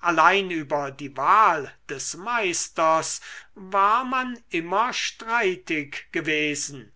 allein über die wahl des meisters war man immer streitig gewesen